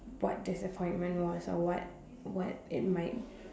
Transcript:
what disappointment was or what what it might